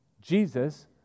Jesus